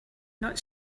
not